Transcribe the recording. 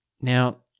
Now